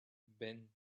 been